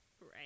Right